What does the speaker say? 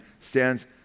stands